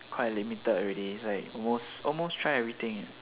quite limited already is like almost almost try everything